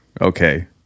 Okay